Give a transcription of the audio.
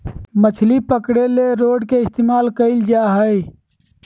मछली पकरे ले रॉड के इस्तमाल कइल जा हइ